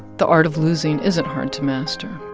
the art of losing isn't hard to master.